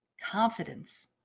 confidence